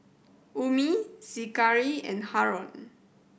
Ummi Zikri and Haron